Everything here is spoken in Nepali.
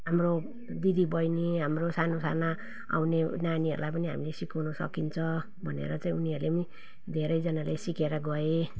हाम्रो दिदीबैनी हाम्रो सानोसाना आउने नानीहरूलाई पनि हामीले सिकाउनु सकिन्छ भनेर चाहिँ उनीहरूले पनि धेरैजनाले सिकेर गए